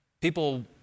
people